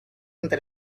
ante